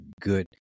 good